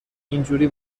اینجوری